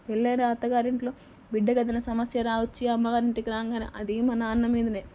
పెళ్ళైన అత్తగారింట్లో బిడ్డకి ఏదైనా సమస్య రావచ్చు అమ్మగారింటికి రాగానే అది మా నాన్న మీదనే